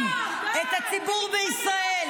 מי?